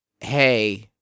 hey